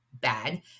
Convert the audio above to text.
bad